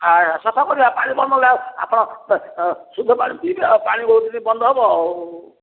ଆଉ ସଫା କରିବା ପାଣି ବନ୍ଦ ଆପଣ ଶୁଦ୍ଧ ପାଣି ପିଇବେ ଆଉ ପାଣି ବହୁତ ଦିନ ବନ୍ଦ ହେବ ଆଉ